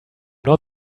not